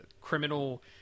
criminal